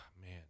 Man